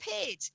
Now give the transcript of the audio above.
appeared